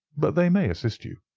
but they may assist you.